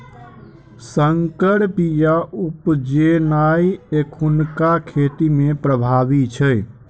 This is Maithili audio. सँकर बीया उपजेनाइ एखुनका खेती मे प्रभावी छै